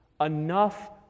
Enough